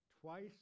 twice